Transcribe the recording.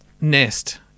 Nest